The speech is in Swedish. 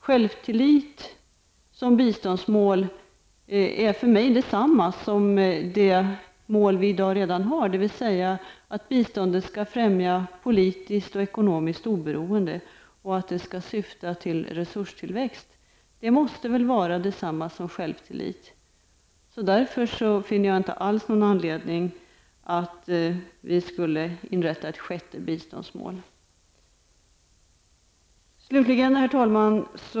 Självtillit som biståndsmål är för mig detsamma som det mål vi i dag redan har, dvs. att biståndet skall främja politiskt och ekonomiskt oberoende och att det skall syfta till resurstillväxt. Det måste väl vara detsamma som självtillit! Därför finner jag inte någon anledning för oss att inrätta ett sjätte biståndsmål. Herr talman!